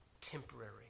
temporary